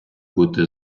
бути